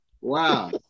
Wow